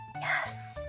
Yes